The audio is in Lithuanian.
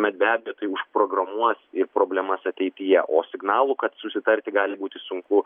be abejo tai užprogramuos ir problemas ateityje o signalų kad susitarti gali būti sunku